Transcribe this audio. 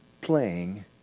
playing